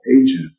agent